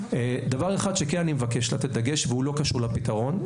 דבר אחד שכן אני מבקש לתת דגש והוא לא קשור לפתרון,